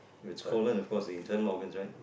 if it's cold then of course the internal organs right